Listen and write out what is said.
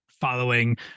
following